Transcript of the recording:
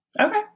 Okay